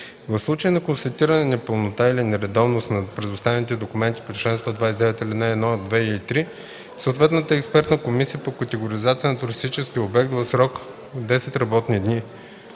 В случай на констатирана непълнота или нередовност на представените документи по чл. 129, ал. 1, 2 и 3 съответната експертна комисия по категоризация на туристически обекти в срок 10 работни дни